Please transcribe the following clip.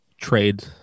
trade